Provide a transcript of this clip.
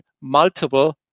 multiple